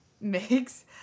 makes